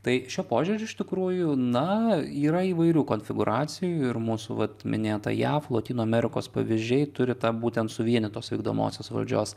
tai šiuo požiūriu iš tikrųjų na yra įvairių konfigūracijų ir mūsų vat minėta jav lotynų amerikos pavyzdžiai turi tą būtent suvienytos vykdomosios valdžios